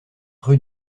rue